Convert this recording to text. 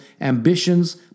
ambitions